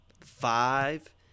Five